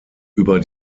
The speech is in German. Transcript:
über